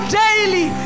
daily